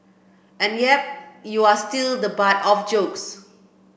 and yep you are still the butt of jokes